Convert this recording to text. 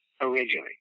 originally